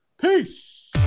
Peace